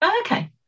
okay